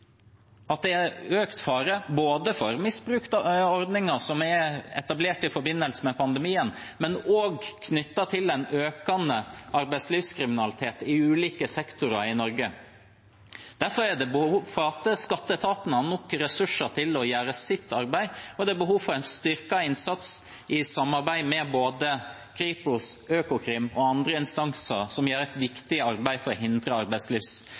at det er økt fare for både misbruk av ordninger som er etablert i forbindelse med pandemien, og om den økende arbeidslivskriminaliteten i ulike sektorer i Norge. Derfor er det behov for at skatteetaten har nok ressurser til å gjøre sitt arbeid, og det er behov for en styrket innsats i samarbeid med både Kripos, Økokrim og andre instanser som gjør et viktig arbeid for å hindre